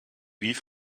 wie